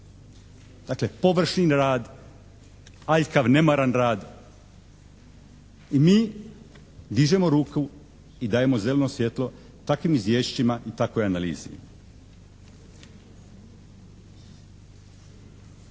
dakle, površni rad, aljkav, nemaran rad i mi dižemo ruku i dajemo zeleno svjetlo takvim izvješćima i takvoj analizi.